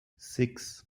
six